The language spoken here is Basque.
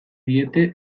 diete